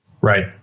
Right